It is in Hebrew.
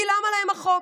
כי למה להם החוק?